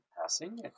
passing